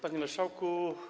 Panie Marszałku!